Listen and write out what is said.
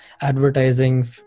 advertising